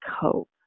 cope